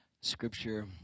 scripture